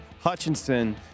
Hutchinson